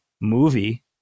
movie